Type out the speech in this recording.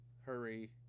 hurry